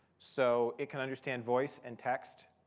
so it can understand voice and text.